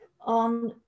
on